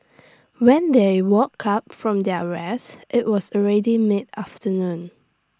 when they woke up from their rest IT was already mid afternoon